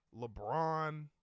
LeBron